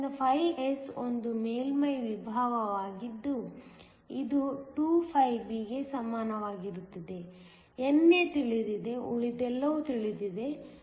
ಆದ್ದರಿಂದ φs ಒಂದು ಮೇಲ್ಮೈ ವಿಭವವಾಗಿದ್ದು ಅದು 2φb ಗೆ ಸಮಾನವಾಗಿರುತ್ತದೆ NA ತಿಳಿದಿದೆ ಉಳಿದೆಲ್ಲವೂ ತಿಳಿದಿದೆ